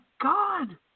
God